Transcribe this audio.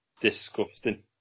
disgusting